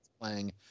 playing